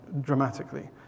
dramatically